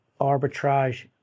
arbitrage